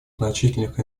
значительных